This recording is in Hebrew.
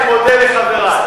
אני מודה לחברי.